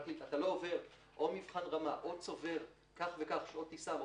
אווירית אתה לא עובר מבחן רמה או צובר כך וכך שעות טיסה,